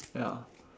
ya